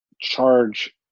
charge